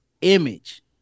image